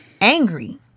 angry